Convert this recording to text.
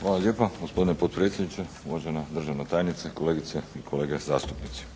Hvala lijepa gospodine potpredsjedniče, uvažena državna tajnice, kolegice i kolege zastupnici.